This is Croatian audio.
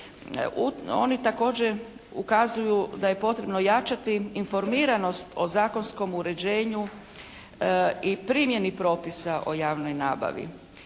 Oni također ukazuju da je potrebno ojačati informiranost o zakonskom uređenju i primjenu propisa o javnoj nabavi.